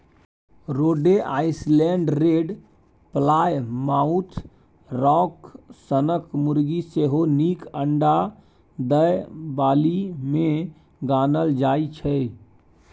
रोडे Island Red, Plymouth Rock सनक मुरगी सेहो नीक अंडा दय बालीमे गानल जाइ छै